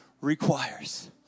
requires